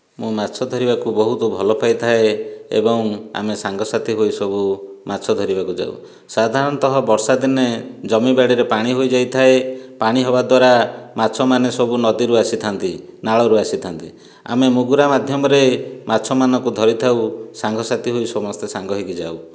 ମୁଁ ମାଛ ଧରିବାକୁ ବହୁତ ଭଲ ପାଇଥାଏ ଏବଂ ଆମେ ସାଙ୍ଗ ସାଥୀ ହୋଇ ସବୁ ମାଛ ଧରିବାକୁ ଯାଉ ସାଧାରଣତଃ ବର୍ଷା ଦିନେ ଜମି ବାଡ଼ିରେ ପାଣି ହୋଇ ଯାଇଥାଏ ପାଣି ହେବା ଦ୍ଵାରା ମାଛମାନେ ସବୁ ନଦୀରୁ ଆସି ଥାଆନ୍ତି ନାଳରୁ ଆସି ଥାଆନ୍ତି ଆମେ ମୁଗୁରା ମାଧ୍ୟମରେ ମାଛ ମାନଙ୍କୁ ଧରିଥାଉ ସାଙ୍ଗ ସାଥି ହୋଇ ସମସ୍ତେ ସାଙ୍ଗ ହୋଇକି ଯାଉ